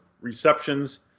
receptions